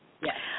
Yes